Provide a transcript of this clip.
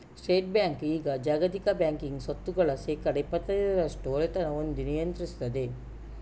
state bank ಈಗ ಜಾಗತಿಕ banking ಸ್ವತ್ತುಗಳ ಶೇಕಡಾ ಇಪ್ಪತೈದರಷ್ಟು ಒಡೆತನ ಹೊಂದಿ ನಿಯಂತ್ರಿಸ್ತದೆ